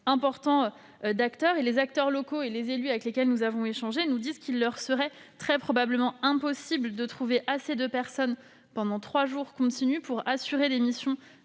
important de participants. Or les acteurs locaux et les élus avec lesquels nous avons échangé nous disent qu'il leur serait très probablement impossible de trouver suffisamment de personnes pendant trois jours successifs pour assurer les missions